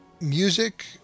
music